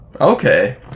Okay